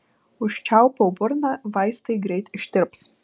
užčiaupiau burną vaistai greit ištirps